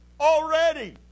already